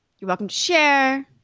you're welcome to share,